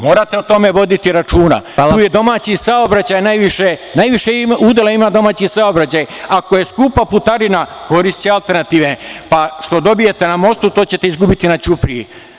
Morate o tome voditi računa, tu najviše udela ima domaći saobraćaj, ako je skupa putarina koristiće alternativne puteve, a što dobijete na mostu to ćete izgubiti na ćupriji.